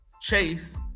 Chase